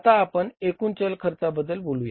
आता आपण एकूण चल खर्च बघूया